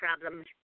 problems